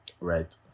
Right